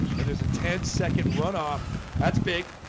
and there's a ten-second runoff that's big